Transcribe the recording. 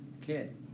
kid